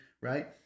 right